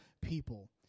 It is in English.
people